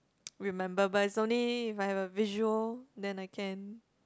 remember but is only if I've a visual then I can